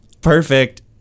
perfect